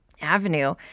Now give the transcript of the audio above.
avenue